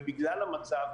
ובגלל המצב,